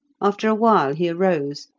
after a while he arose,